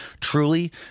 truly